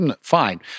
fine